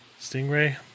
Stingray